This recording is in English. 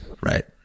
right